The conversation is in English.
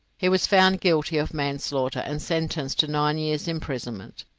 he was found guilty of manslaughter and sentenced to nine years' imprisonment,